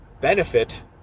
benefit